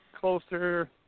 closer